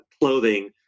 clothing